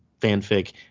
fanfic